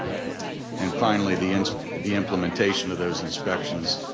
and finally the and the implementation of those inspections.